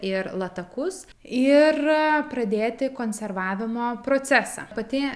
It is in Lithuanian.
ir latakus ir pradėti konservavimo procesą pati